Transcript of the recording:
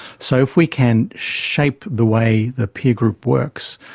so if we can shape the way the peer group works,